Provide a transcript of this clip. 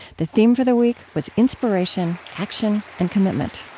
the theme for the week was inspiration, action, and commitment